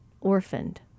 orphaned